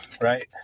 Right